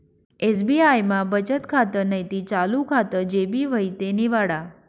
SBI मा बचत खातं नैते चालू खातं जे भी व्हयी ते निवाडा